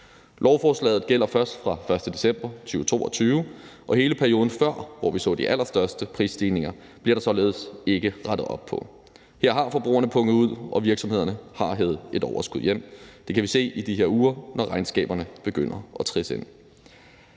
Lovforslaget gælder først fra 1. december 2022, og hele perioden før, hvor vi så de allerstørste prisstigninger, bliver der således ikke rettet op på. Her har forbrugerne punget ud, og virksomhederne har hevet et overskud hjem. Det kan vi se i de her uger, når regnskaberne begynder at blive